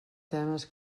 temes